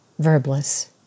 Verbless